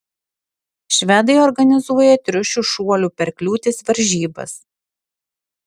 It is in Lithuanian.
švedai organizuoja triušių šuolių per kliūtis varžybas